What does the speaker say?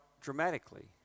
dramatically